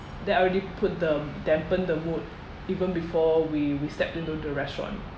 that already put the dampened the mood even before we we stepped into the restaurant